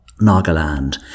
Nagaland